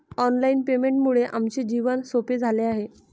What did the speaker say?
online पेमेंटमुळे आमचे जीवन सोपे झाले आहे